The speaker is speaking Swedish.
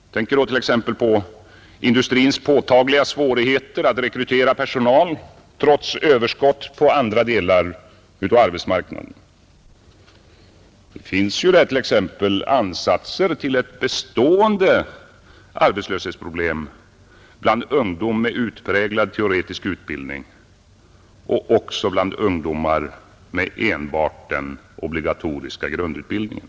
Jag tänker då t.ex. på industrins påtagliga svårigheter att rekrytera personal trots överskott inom andra delar av arbetsmarknaden. Men det finns där även ansatser till ett bestående arbetslöshetsproblem bland ungdomar med utpräglad teoretisk utbildning och också bland ungdomar med enbart den obligatoriska grundutbildningen.